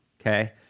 Okay